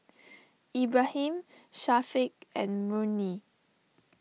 Ibrahim Syafiq and Murni